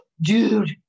dude